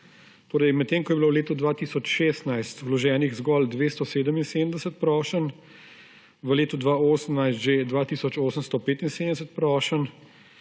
Torej, medtem ko je bilo v letu 2016 vloženih zgolj 277 prošenj, v letu 2018 že dva tisoč 875 prošenj,